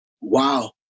Wow